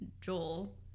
Joel